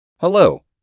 Hello